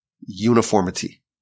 uniformity